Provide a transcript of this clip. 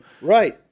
Right